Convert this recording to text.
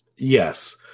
Yes